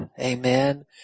amen